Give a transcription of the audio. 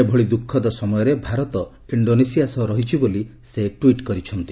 ଏଭଳି ଦୁଃଖଦ ସମୟରେ ଭାରତ ଇଣ୍ଡୋନେସିଆ ସହ ରହିଛି ବୋଲି ସେ ଟୁଇଟ୍ କରିଛନ୍ତି